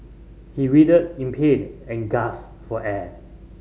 he writhed in pain and gasped for air